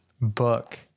book